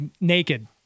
naked